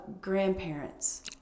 grandparents